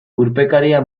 urpekaria